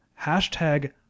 hashtag